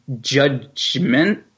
Judgment